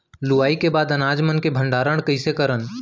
लुवाई के बाद अनाज मन के भंडारण कईसे करन?